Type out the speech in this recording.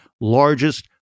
largest